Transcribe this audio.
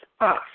off